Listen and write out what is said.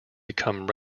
become